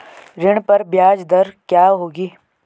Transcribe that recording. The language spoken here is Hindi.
ऋण पर ब्याज दर क्या होगी?